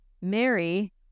Mary